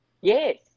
Yes